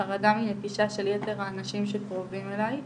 חרדה מנטישה של יתר האנשים שקרובים אליי,